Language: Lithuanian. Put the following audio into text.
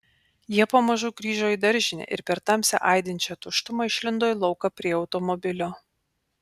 jie pamažu grįžo į daržinę ir per tamsią aidinčią tuštumą išlindo į lauką prie automobilio